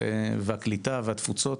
הקליטה והתפוצות